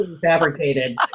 fabricated